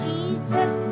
Jesus